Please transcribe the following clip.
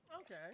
Okay